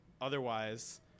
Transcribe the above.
Otherwise